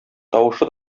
тавышы